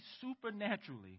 supernaturally